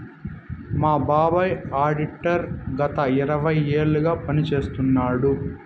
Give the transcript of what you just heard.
మా బాబాయ్ ఆడిటర్ గత ఇరవై ఏళ్లుగా పని చేస్తున్నాడు